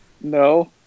No